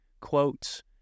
quotes